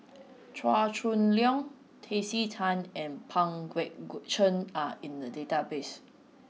Chua Chong Long Tracey Tan and Pang Guek Cheng are in the database